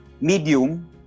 medium